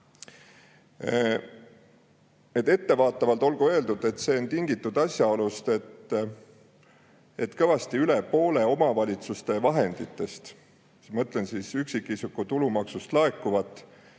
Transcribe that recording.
sõnavõtus. Ettevaatavalt olgu öeldud, et see on tingitud asjaolust, et kõvasti üle poole omavalitsuste vahenditest – ma mõtlen üksikisiku tulumaksust laekuvaid